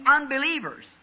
unbelievers